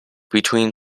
between